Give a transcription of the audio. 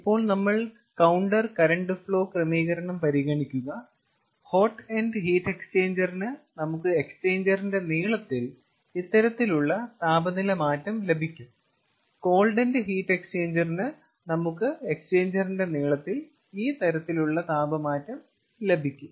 ഇപ്പോൾ നമ്മൾ counter current flow ക്രമീകരണം പരിഗണിക്കുക ഹോട്ട് എൻഡ് ഹീറ്റ് എക്സ്ചേഞ്ചറിന് നമുക്ക് എക്സ്ചേഞ്ചറിന്റെ നീളത്തിൽ ഇത്തരത്തിലുള്ള താപനില മാറ്റം ലഭിക്കും കോൾഡ് എൻഡ് ഹീറ്റ് എക്സ്ചേഞ്ചറിന് നമുക്ക് എക്സ്ചേഞ്ചറിന്റെ നീളത്തിൽ ഈ തരത്തിലുള്ള താപനില മാറ്റം ലഭിക്കും